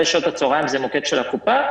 שעות אחר-הצהרים זה מוקד של הקופה.